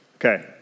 Okay